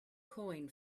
coin